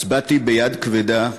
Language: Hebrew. הצבעתי ביד כבדה,